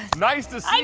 nice to